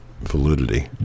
validity